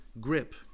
grip